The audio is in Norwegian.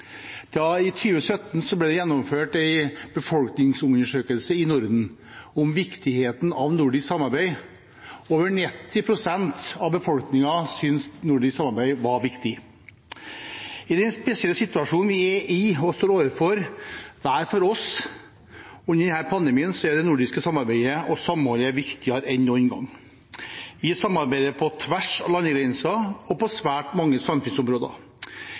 I 2017 ble det gjennomført en befolkningsundersøkelse i Norden om viktigheten av nordisk samarbeid. Over 90 pst. av befolkningen syntes nordisk samarbeid var viktig. I den spesielle situasjonen vi er i og står overfor hver for oss under denne pandemien, er det nordiske samarbeidet og samholdet viktigere enn noen gang. Vi samarbeider på tvers av landegrenser og på svært mange samfunnsområder.